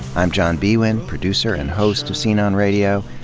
i'm john biewen, producer and host of scene on radio.